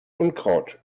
unkraut